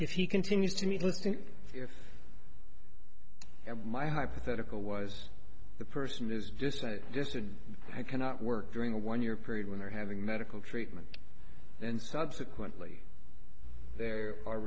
if he continues to meet let's think if my hypothetical was the person is just just and i cannot work during a one year period when they're having medical treatment and subsequently there are